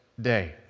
day